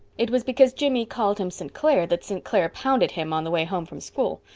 it was because jimmy called him st. clair' that st. clair pounded him on the way home from school.